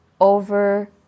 over